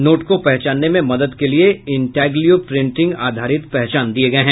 note को पहचानने में मदद के लिए इंटाग्लियो प्रिंटिंग आधारित पहचान दिये गये हैं